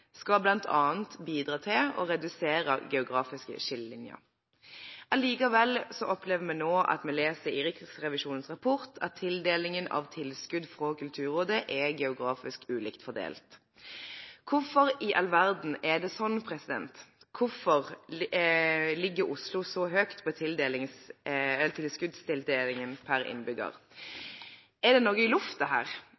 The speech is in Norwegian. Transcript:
skal bl.a. bidra til å redusere geografiske skillelinjer. Likevel opplever vi nå å lese i Riksrevisjonens rapport at tildelingen av tilskudd fra Kulturrådet er geografisk ulikt fordelt. Hvorfor i all verden er det sånn? Hvorfor ligger Oslo så høyt på tilskuddstildelingen per innbygger?